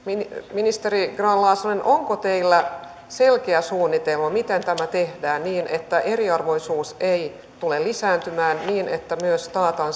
ministeri grahn laasonen onko teillä selkeä suunnitelma siitä miten tämä tehdään niin että eriarvoisuus ei tule lisääntymään niin että myös taataan